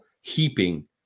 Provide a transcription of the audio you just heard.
heaping